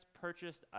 purchased